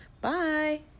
Bye